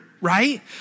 right